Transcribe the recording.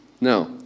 no